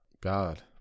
God